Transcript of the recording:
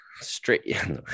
Straight